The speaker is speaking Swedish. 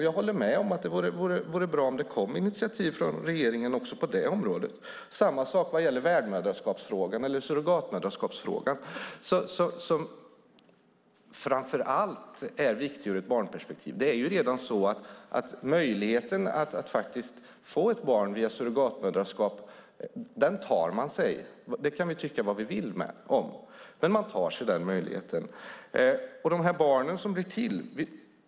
Jag håller med om att det vore bra om det kom initiativ från regeringen också på det området. Samma sak gäller värdmoderskaps eller surrogatmoderskapsfrågan som framför allt är viktig ur ett barnperspektiv. Möjligheten att få ett barn via surrogatmoderskap tar man sig. Det kan vi tycka vad vi vill om, men man tar sig den möjligheten.